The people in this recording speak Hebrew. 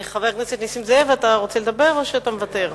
חבר הכנסת נסים זאב, אתה רוצה לדבר או שאתה מוותר?